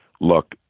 look